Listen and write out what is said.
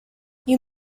you